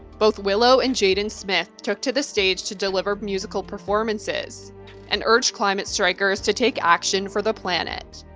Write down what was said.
both willow and jayden smith took to the stage to deliver musical performances and urged climate strikers to take action for the planet.